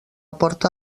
porta